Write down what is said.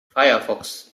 firefox